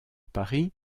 paris